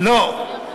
לא.